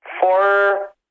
four